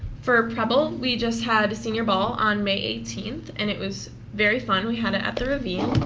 for preble, we just had a senior ball on may eighteen, and it was very fun. we had it at the ravine.